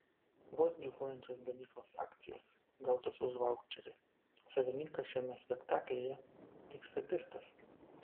vos gyvuojančios gamyklos akcijos gautos už vaučerį savininkas šiame spektaklyje tik statistas